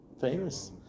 famous